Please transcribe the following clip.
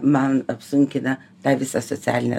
man apsunkina tą visą socialinę